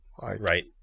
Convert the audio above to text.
Right